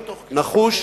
נחוש,